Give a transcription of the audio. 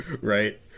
Right